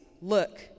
Look